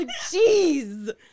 jeez